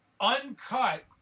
uncut